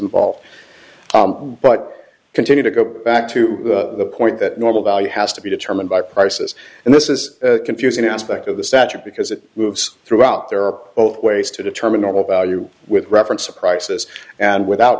involved but continue to go back to the point that normal value has to be determined by prices and this is confusing aspect of the statute because it moves throughout there are both ways to determine normal value with reference to prices and without